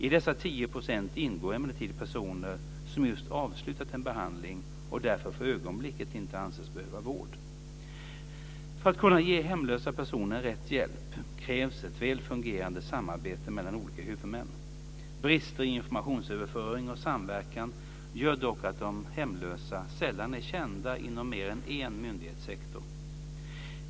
I dessa 10 % ingår emellertid personer som just avslutat en behandling och därför för ögonblicket inte anses behöva vård. För att kunna ge hemlösa personer rätt hjälp krävs ett väl fungerande samarbete mellan olika huvudmän. Brister i informationsöverföring och samverkan gör dock att de hemlösa sällan är kända inom mer än en myndighetssektor.